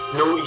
no